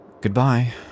Goodbye